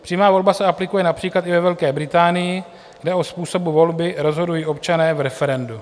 Přímá volba se aplikuje například i ve Velké Británii, kde o způsobu volby rozhodují občané v referendu.